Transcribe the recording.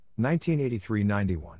1983-91